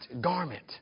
garment